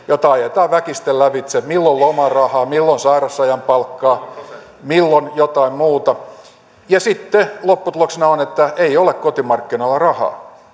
jota ajetaan väkisten lävitse milloin lomarahaa milloin sairausajan palkkaa milloin jotain muuta ja sitten lopputuloksena on että ei ole kotimarkkinoilla rahaa